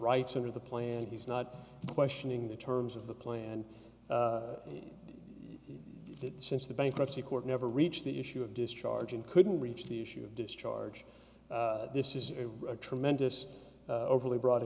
rights under the plan he's not questioning the terms of the plan since the bankruptcy court never reached the issue of discharge and couldn't reach the issue of discharge this is a tremendous overly bro